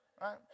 right